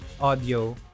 audio